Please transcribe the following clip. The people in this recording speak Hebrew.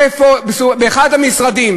איפה באחד המשרדים,